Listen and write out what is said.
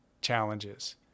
challenges